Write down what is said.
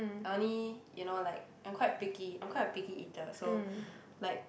only you know like I'm quite picky I'm quite a picky eater so like